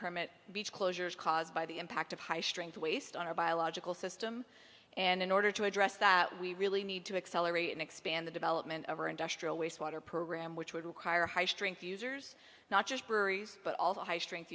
permit beach closures caused by the impact of high strength waste on our biological system and in order to address that we really need to accelerate and expand the development of our industrial wastewater program which would require high strength users not just breweries but also high strength